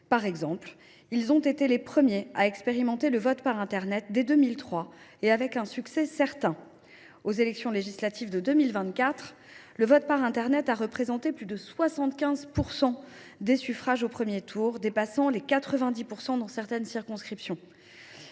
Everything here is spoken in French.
Par exemple, ils ont été les premiers à expérimenter le vote par internet dès 2003, avec un succès certain : lors des élections législatives de 2024, le vote par internet a représenté plus de 75 % des suffrages au premier tour, dépassant les 90 % dans certaines circonscriptions.